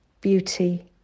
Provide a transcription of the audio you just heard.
beauty